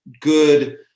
good